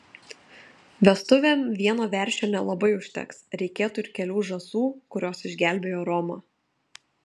vestuvėm vieno veršio nelabai užteks reikėtų ir kelių žąsų kurios išgelbėjo romą